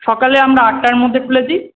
সকালে আমরা আটটার মধ্যে খুলে দিই